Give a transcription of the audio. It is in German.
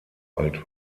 alt